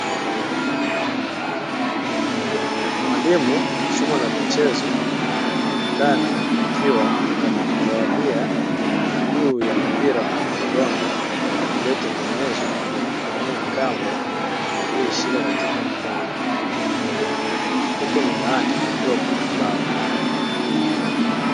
Mwalimu wa somo la michezo anaonekana akiwa anafurahia juu ya mpira wa manailoni uliotengenezwa kwa kutumia kamba alioshika kwa mkono mwingine huku nyuma yake kukiwa kuna ubao.